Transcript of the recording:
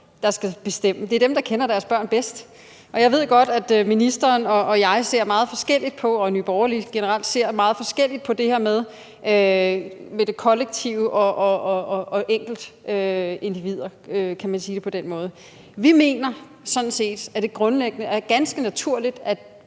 der skal bestemme. Det er dem, der kender deres børn bedst. Og jeg ved godt, at ministeren og jeg, og Nye Borgerlige generelt, ser meget forskelligt på det her med det kollektive over for enkeltindividet, hvis man kan sige det på den måde. Vi mener sådan set, at det grundlæggende er ganske naturligt, at